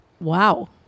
Wow